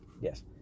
Yes